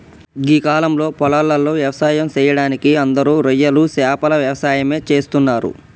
గీ కాలంలో పొలాలలో వ్యవసాయం సెయ్యడానికి అందరూ రొయ్యలు సేపల యవసాయమే చేస్తున్నరు